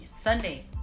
Sunday